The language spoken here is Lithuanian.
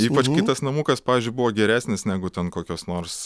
ypač kai tas namukas pavyzdžiui buvo geresnis negu ten kokios nors